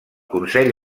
consell